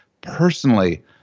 personally